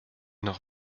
noch